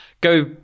go